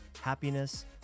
happiness